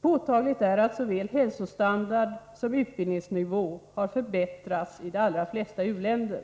Påtagligt är att såväl hälsostandard som utbildningsnivå har förbättrats i de allra flesta u-länder.